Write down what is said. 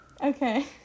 Okay